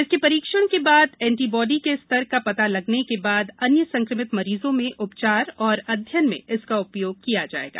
इसके सरीक्षण के बाद एं ीबॉडी के स्तर का ता लगने के बाद अन्य संक्रमित मरीजों में उ चार और अध्ययन में इसका उ योग किया जाएगा